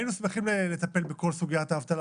היינו שמחים לטפל בכל סוגיית האבטלה